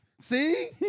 See